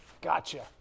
Gotcha